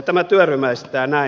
tämä työryhmä esittää näin